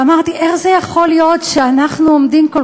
ואמרתי: איך זה יכול להיות שאנחנו עומדים כל